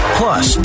plus